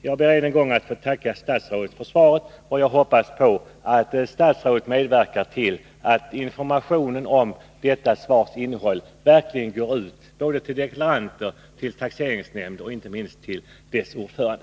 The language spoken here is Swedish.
Jag ber än en gång att få tacka statsrådet för svaret, och jag hoppas att statsrådet medverkar till att informationen om detta svars innehåll verkligen går ut både till deklaranter och till taxeringsnämnder, inte minst dessas ordförande.